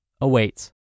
awaits